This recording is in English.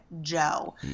Joe